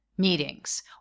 meetings